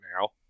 now